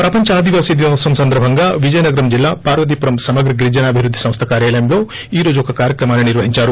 ప్రపంచ ఆదివాసి దినోత్సవ సందర్భంగా విజయనగరం జిల్లా పార్వతీపురం సమగ్ర గిరిజనాభివృద్ది సంస్థ కార్యాలయంలో ఈరోజు ఒక కార్యక్రమాన్ని నిర్వహించారు